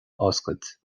oscailt